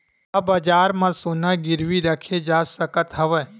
का बजार म सोना गिरवी रखे जा सकत हवय?